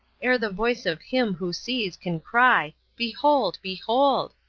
ere the voice of him who sees can cry, behold! behold!